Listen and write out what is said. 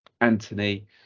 Anthony